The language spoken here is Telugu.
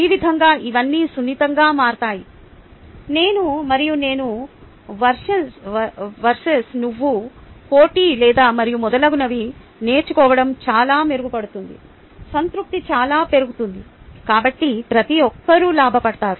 ఈ విధంగా ఇవన్నీ సున్నితంగా మారతాయినేను మరియు నేను వర్సెస్ నువ్వు పోటీ లేదు మరియు మొదలగునవి నేర్చుకోవడం చాలా మెరుగవుతుంది సంతృప్తి చాలా పెరుగుతుంది కాబట్టి ప్రతి ఒక్కరూ లాభపడ్తారు